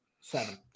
Seven